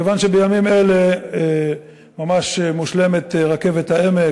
כיוון שבימים אלה ממש מושלמת רכבת העמק,